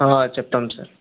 చెప్తాను సార్